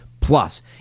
Plus